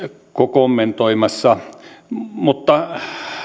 kommentoimassa mutta